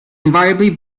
invariably